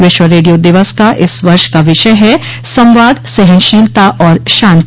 विश्व रेडियो दिवस का इस वर्ष का विषय है संवाद सहनशीलता और शांति